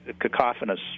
cacophonous